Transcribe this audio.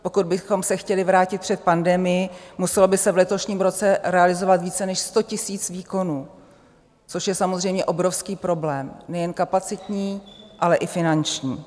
Pokud bychom se chtěli vrátit před pandemii, muselo by se v letošním roce realizovat více než 100 000 výkonů, což je samozřejmě obrovský problém nejen kapacitní, ale i finanční.